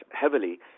heavily